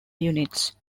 units